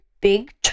big